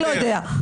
אני לא יודעת.